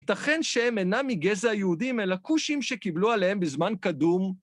ייתכן שהם אינם מגזע היהודים אלא כושים שקיבלו עליהם בזמן קדום